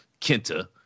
Kenta